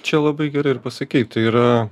čia labai gerai ir pasakei tai yra